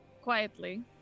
...quietly